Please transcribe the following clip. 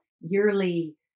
yearly